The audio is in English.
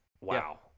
wow